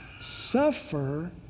suffer